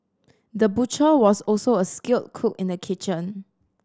the butcher was also a skilled cook in the kitchen